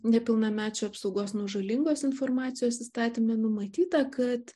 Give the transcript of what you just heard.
nepilnamečių apsaugos nuo žalingos informacijos įstatyme numatyta kad